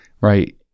right